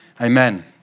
amen